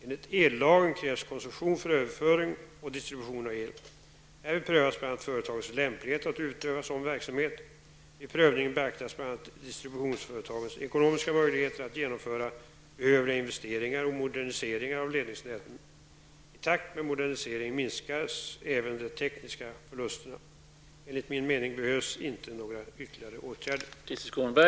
Enligt ellagen krävs koncession för överföring och distribution av el. Härvid prövas bl.a. företagets lämplighet att utöva sådan verksamhet. Vid prövningen beaktas bl.a. distributionsföretagens ekonomiska möjligheter att genomföra behövliga investeringar och moderniseringar av ledningsnäten. I takt med moderniseringen minskas även de tekniska förlusterna. Enligt min mening behövs inte några ytterligare åtgärder.